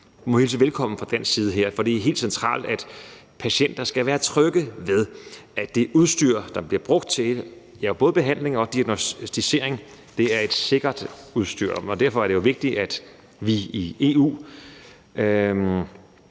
vi må hilse velkommen fra dansk side her. For det er helt centralt, at patienter skal være trygge ved, at det udstyr, som bliver brugt til behandling og diagnosticering, er et sikkert udstyr. Og derfor er det jo vigtigt, at vi i